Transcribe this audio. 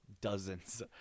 dozens